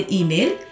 email